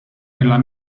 nella